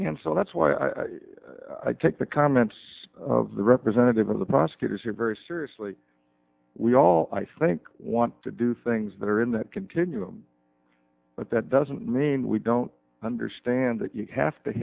and so that's why i take the comments of the representative of the prosecutors here very seriously we all i think want to do things that are in that continuum but that doesn't mean we don't understand that you have to